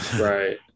Right